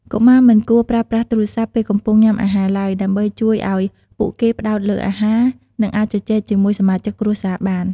កុមារមិនគួរប្រើប្រាស់ទូរស័ព្ទ ពេលកំពុងញ៉ាំអាហារឡើយ ដើម្បីជួយឲ្យពួកគេផ្តោតលើអាហារ និងអាចជជែកជាមួយសមាជិកគ្រួសារបាន។